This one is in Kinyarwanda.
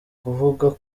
kuvuga